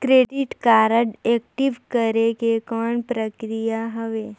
Credit card active करे के कौन प्रक्रिया हवे?